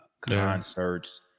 concerts